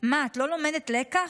מה, את לא לומדת לקח?